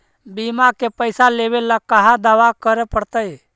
बिमा के पैसा लेबे ल कहा दावा करे पड़तै?